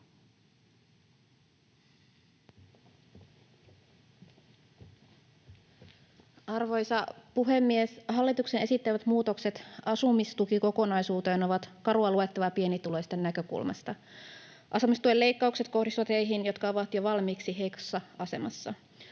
Arvoisa puhemies! Hallituksen esittämät muutokset asumistukikokonaisuuteen ovat karua luettavaa pienituloisten näkökulmasta. Asumistuen leikkaukset kohdistuvat heihin, jotka ovat jo valmiiksi heikossa asemassa.